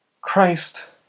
Christ